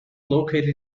located